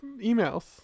emails